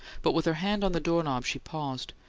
but with her hand on the door-knob she paused.